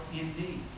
indeed